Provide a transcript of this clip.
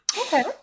Okay